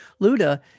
Luda